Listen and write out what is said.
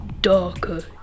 darker